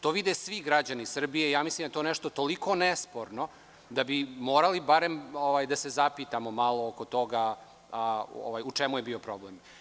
To vide svi građani Srbije, mislim da je to nešto toliko nesporno, da bi morali barem da se zapitamo oko toga u čemu je bio problem.